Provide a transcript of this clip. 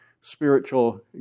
spiritual